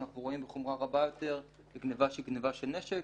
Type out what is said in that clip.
אנחנו רואים בחומרה יותר גניבה שהיא גניבה של נשק,